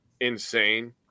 insane